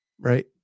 Right